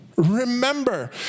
remember